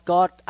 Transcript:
God